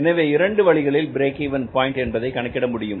எனவே இரண்டு வழிகளிலும் பிரேக் இவென் பாயின்ட் என்பதை கணக்கிட முடியும்